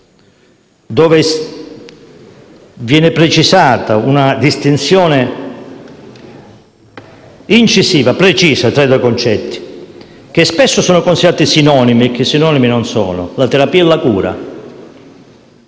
Mi riferisco alla distinzione incisiva e precisa tra due concetti che spesso sono considerati sinonimi e che sinonimi non sono: la terapia e la cura.